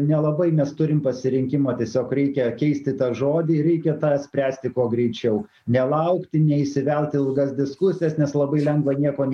nelabai nes turim pasirinkimą tiesiog reikia keisti tą žodį ir reikia tą spręsti kuo greičiau nelaukti neįsivelt į ilgas diskusijas nes labai lengva nieko